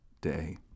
Day